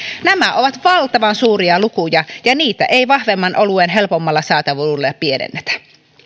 nämä ovat valtavan suuria lukuja ja niitä ei vahvemman oluen helpommalla saatavuudella pienennetä